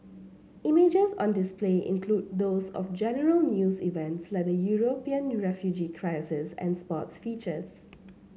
images on display include those of general news events like the European refugee crisis and sports features